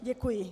Děkuji.